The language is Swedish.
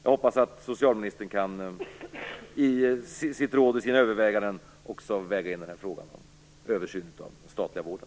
Jag hoppas att socialministern i sitt rådslag i sina överväganden också kan väga in frågan om översyn av den statliga vården.